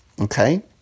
Okay